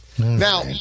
Now